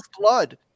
blood